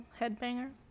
headbanger